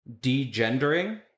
de-gendering